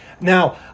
Now